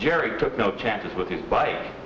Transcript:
jerry took no chances with his bike